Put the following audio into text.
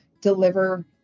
deliver